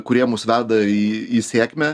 kurie mus veda į į sėkmę